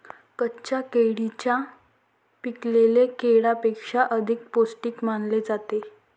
कच्च्या केळीला पिकलेल्या केळीपेक्षा अधिक पोस्टिक मानले जाते